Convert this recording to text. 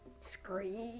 Scream